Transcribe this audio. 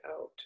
out